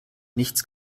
nichts